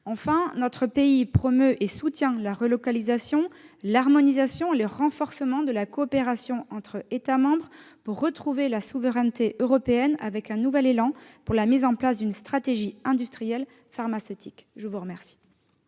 Enfin, notre pays promeut et soutient la relocalisation, l'harmonisation et le renforcement de la coopération entre États membres pour retrouver la souveraineté européenne. Il souhaite donner un nouvel élan au travers de la mise en place d'une stratégie industrielle pharmaceutique européenne.